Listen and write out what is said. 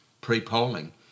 pre-polling